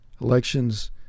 Elections